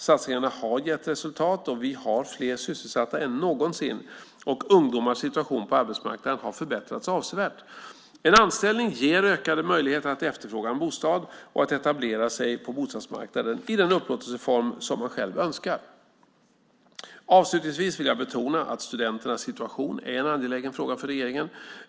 Satsningarna har gett resultat och vi har fler sysselsatta än någonsin och ungdomarnas situation på arbetsmarknaden har förbättrats avsevärt. En anställning ger ökade möjligheter att efterfråga en bostad och att etablera sig på bostadsmarknaden i den upplåtelseform som man själv önskar. Avslutningsvis vill jag betona att studenternas situation är en angelägen fråga för regeringen.